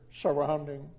surrounding